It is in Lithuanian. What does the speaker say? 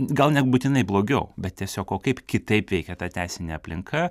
gal nebūtinai blogiau bet tiesiog o kaip kitaip veikia ta teisinė aplinka